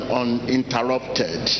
uninterrupted